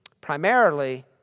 primarily